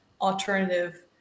alternative